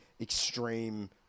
extreme